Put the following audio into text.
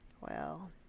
Well